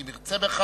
אם ירצה בכך.